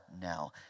now